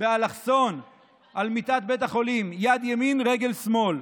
באלכסון על מיטת בית החולים, יד ימין, רגל שמאל.